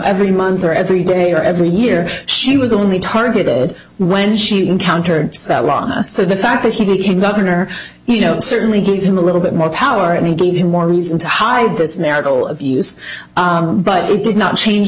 every month or every day or every year she was only targeted when she encountered celeron so the fact that he became governor you know certainly gave him a little bit more power and even more reason to hide this marital abuse but it did not change